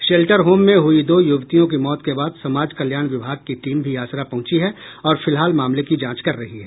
shelter home में हुई दो यूवतियों की मौत के बाद समाज कल्याण विभाग की टीम भी आसरा पहुंची है और फिलहाल मामले की जांच कर रही है